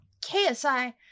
ksi